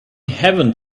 haven’t